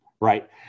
right